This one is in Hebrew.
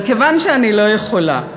אבל כיוון שאני לא יכולה,